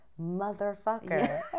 motherfucker